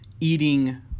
eating